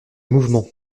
mouvement